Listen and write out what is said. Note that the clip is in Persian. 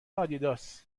آدیداس